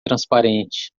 transparente